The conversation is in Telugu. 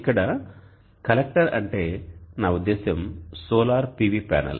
ఇక్కడ కలెక్టర్ అంటే నా ఉద్దేశ్యం సోలార్ PV ప్యానెల్